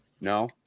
No